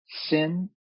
sin